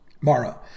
Mara